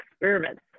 experiments